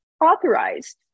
authorized